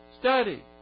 Study